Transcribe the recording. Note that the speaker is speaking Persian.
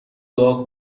دعا